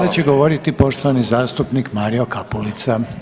Sada će govoriti poštovani zastupnik Mario Kapulica.